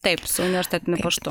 taip su universitetiniu paštu